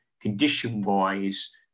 condition-wise